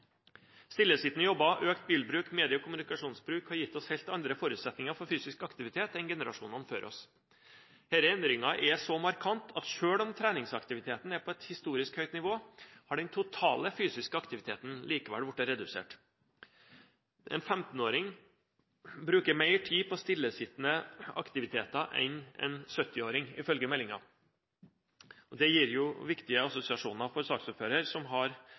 Stillesittende jobber, økt bilbruk og medie- og kommunikasjonsbruk har gitt oss helt andre forutsetninger for fysisk aktivitet enn generasjonene før oss. Disse endringene er så markante at selv om treningsaktiviteten er på et historisk høyt nivå, har den totale fysiske aktiviteten likevel blitt redusert. En 15-åring bruker mer tid på stillesittende aktiviteter enn en 70-åring, ifølge meldingen. Det gir jo viktige assosiasjoner for saksordføreren, som har